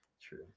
True